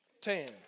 Ten